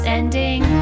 ending